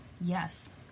yes